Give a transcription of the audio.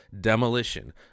demolition